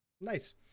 Nice